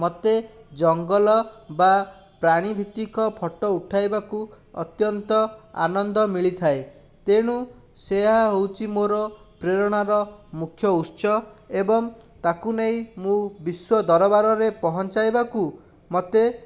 ମୋତେ ଜଙ୍ଗଲ ବା ପ୍ରାଣୀଭିତ୍ତିକ ଫୋଟୋ ଉଠାଇବାକୁ ଅତ୍ୟନ୍ତ ଆନନ୍ଦ ମିଳିଥାଏ ତେଣୁ ସେହା ହେଉଛି ମୋର ପ୍ରେରଣାର ମୁଖ୍ୟ ଉତ୍ସ ଏବଂ ତାକୁ ନେଇ ମୁଁ ବିଶ୍ଵ ଦରବାରରେ ପହଁଞ୍ଚାଇବାକୁ ମୋତେ